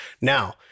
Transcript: Now